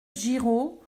giraud